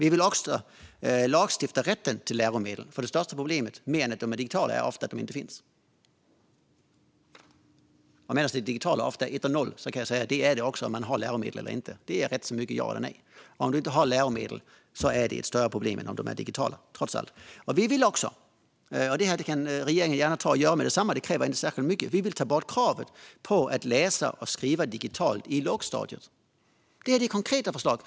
Vi vill också lagstifta om rätten till läromedel, för ett större problem än att de är digitala är att de ofta inte finns. Det digitala är etta eller nolla. Jag kan säga att det är det också om man har läromedel eller ej. Det är rätt mycket ja eller nej. Om man inte har läromedel är det trots allt ett större problem än om de är digitala. Vi vill också ta bort kravet på att läsa och skriva digitalt i lågstadiet. Det här kan regeringen gärna göra med detsamma; det kräver inte särskilt mycket. Det här är konkreta förslag.